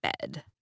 bed